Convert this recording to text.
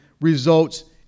results